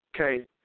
Okay